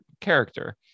character